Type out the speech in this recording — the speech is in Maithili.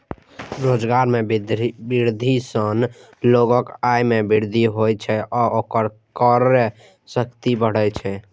रोजगार मे वृद्धि सं लोगक आय मे वृद्धि होइ छै आ ओकर क्रय शक्ति बढ़ै छै